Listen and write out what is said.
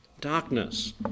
darkness